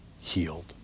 healed